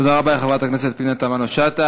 תודה רבה לחברת הכנסת פנינה תמנו-שטה.